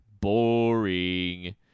boring